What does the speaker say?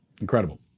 Incredible